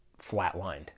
flatlined